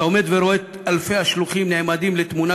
אתה עומד ורואה את אלפי השלוחים נעמדים לתמונה